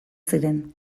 ziren